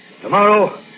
Tomorrow